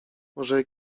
może